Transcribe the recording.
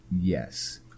Yes